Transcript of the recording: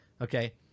Okay